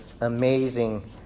amazing